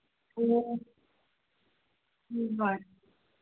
ꯎꯝ ꯍꯣꯏ